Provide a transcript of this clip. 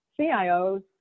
CIOs